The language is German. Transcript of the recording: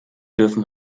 dürfen